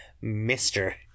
mister